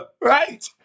Right